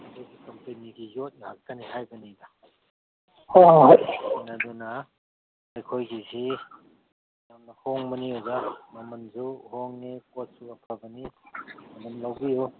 ꯑꯗꯨꯏ ꯀꯝꯄꯅꯤꯒꯤ ꯌꯣꯠ ꯉꯥꯛꯇꯅꯤ ꯍꯥꯏꯕꯅꯤꯗ ꯑꯗꯨꯅ ꯑꯩꯈꯣꯏꯒꯤꯖꯤ ꯌꯥꯝꯅ ꯍꯣꯡꯕꯅꯤ ꯑꯣꯖꯥ ꯃꯃꯟꯁꯨ ꯍꯣꯡꯉꯦ ꯄꯣꯠꯁꯨ ꯑꯐꯕꯅꯤ ꯑꯗꯨꯝ ꯂꯧꯕꯤꯌꯨ